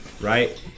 right